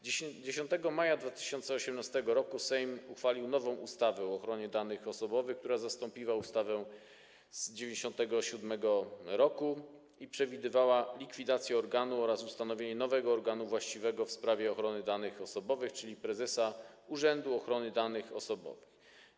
10 maja 2018 r. Sejm uchwalił nową ustawę o ochronie danych osobowych, która zastąpiła ustawę z 1997 r. i przewidywała likwidację organu oraz ustanowienie nowego organu właściwego w sprawie ochrony danych osobowych, czyli prezesa Urzędu Ochrony Danych Osobowych.